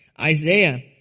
Isaiah